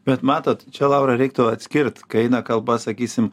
bet matot čia laura reiktų atskirt kai eina kalba sakysim